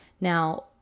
Now